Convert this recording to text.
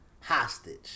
hostage